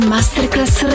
Masterclass